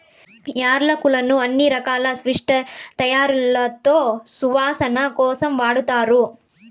యాలక్కులను అన్ని రకాల స్వీట్ల తయారీలో సువాసన కోసం వాడతారు